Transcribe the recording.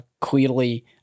clearly